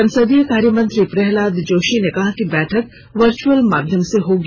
संसदीय कार्य मंत्री प्रहलाद जोशी ने कहा कि बैठक वर्चुअल माध्यम से होगी